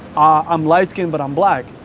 ah i'm light-skinned, but i'm black.